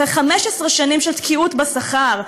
אחרי 15 שנים של תקיעות בשכר,